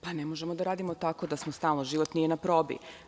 Pa ne možemo da radimo tako da smo stalno životni i na probi.